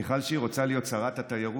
מיכל שיר רוצה להיות שרת התיירות.